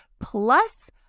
plus